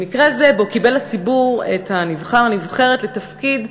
במקרה זה שבו קיבל הציבור את הנבחר או הנבחרת לתפקיד האמור,